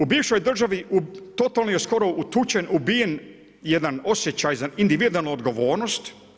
U bivšoj državi totalno je skoro utučen, ubijen jedan osjećaj za individualnu odgovornost.